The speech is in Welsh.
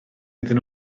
iddyn